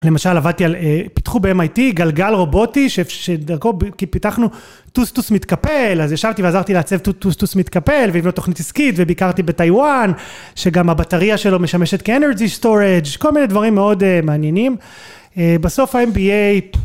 למשל עבדתי על פיתחו ב-MIT גלגל רובוטי שדרכו פיתחנו טוסטוס מתקפל אז ישבתי ועזרתי לעצב טוסטוס מתקפל ולבנות תוכנית עסקית, וביקרתי בטיוואן שגם הבטריה שלו משמשת כאנרגי סטורג', כל מיני דברים מאוד מעניינים בסוף ה-MBA